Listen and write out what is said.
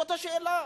זאת השאלה.